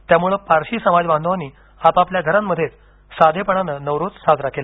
त्यामुळे पारशी समाजबांधवांनी आपापल्या घरांमध्येच साधेपणानं नवरोज साजरा केला